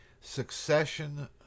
succession